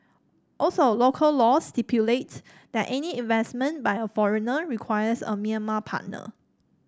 also local laws stipulate that any investment by a foreigner requires a Myanmar partner